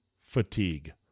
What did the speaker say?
fatigue